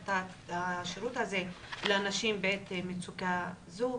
את השירות הזה לאנשים בעת המצוקה הזו,